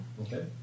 Okay